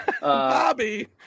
Bobby